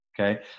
Okay